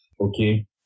Okay